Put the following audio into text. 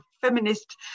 feminist